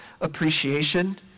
appreciation